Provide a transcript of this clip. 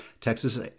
Texas